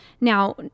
Now